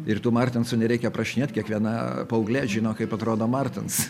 ir tų martinsų nereikia aprašinėt kiekviena paauglė žino kaip atrodo martins